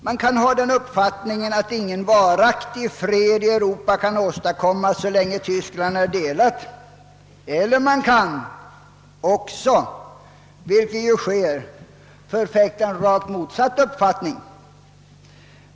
Man kan ha den uppfattningen, att ingen varaktig fred i Europa kan åstadkommas så länge Tyskland är delat, eller man kan — vilket ju också sker — förfäkta en rakt motsatt uppfattning.